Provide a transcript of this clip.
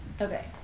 Okay